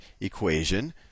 equation